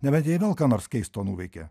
nebent jie vėl ką nors keisto nuveikė